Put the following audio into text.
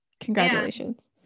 Congratulations